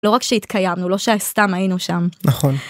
לא רק שהתקיימנו, לא שעל סתם היינו שם. נכון.